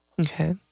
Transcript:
Okay